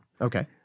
Okay